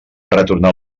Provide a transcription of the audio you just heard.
retornar